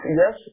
yes